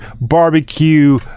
barbecue